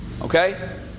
okay